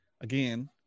again